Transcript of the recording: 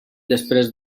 després